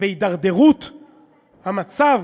בהידרדרות המצב,